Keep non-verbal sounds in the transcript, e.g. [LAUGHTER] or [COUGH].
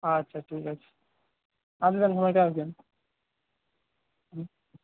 আচ্ছা ঠিক আছে আপনি তাহলে [UNINTELLIGIBLE] আসবেন হুম